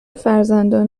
فرزندان